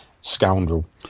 scoundrel